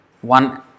one